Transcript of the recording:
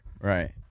Right